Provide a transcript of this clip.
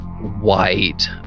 white